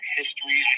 history